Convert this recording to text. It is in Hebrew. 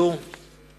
ביום ט"ז בתמוז התשס"ט (8 ביולי 2009):